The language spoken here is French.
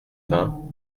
vingts